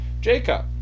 Jacob